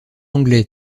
anglais